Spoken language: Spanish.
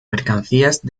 mercancías